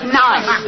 nice